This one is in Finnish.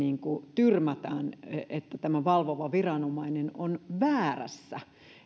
tyrmätään niin että valvova viranomainen on väärässä